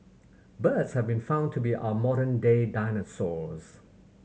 birds have been found to be our modern day dinosaurs